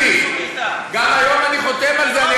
גם היום אני חותם על זה.